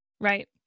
Right